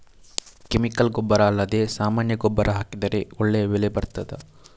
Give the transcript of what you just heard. Chemical ಗೊಬ್ಬರ ಅಲ್ಲದೆ ಸಾಮಾನ್ಯ ಗೊಬ್ಬರ ಹಾಕಿದರೆ ಒಳ್ಳೆ ಬೆಳೆ ಬರ್ತದಾ?